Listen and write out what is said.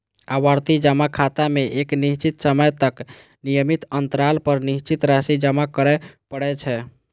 आवर्ती जमा खाता मे एक निश्चित समय तक नियमित अंतराल पर निश्चित राशि जमा करय पड़ै छै